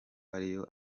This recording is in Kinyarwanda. ariyo